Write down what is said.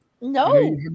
No